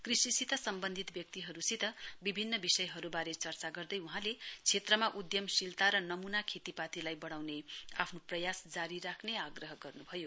कृषिसित सम्वन्धित व्यक्तिहरूसित विभिन्न विषयहरूबारे चर्चा गर्दै वहाँले क्षेत्रमा उधमशीलता र नमूना खेतीपातीलाई बढ़ाउने आफ्नो प्रयास जारी राख्ने आग्रह गर्नुभयो